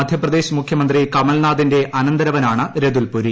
മധ്യപ്രദേശ് മുഖ്യമന്ത്രി കമൽനാഥിന്റെ അനന്തരവനാണ് രതുൽ പുരി